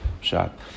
shot